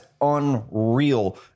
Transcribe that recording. unreal